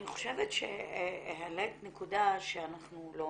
אני חושבת שהעלית נקודה שאנחנו לא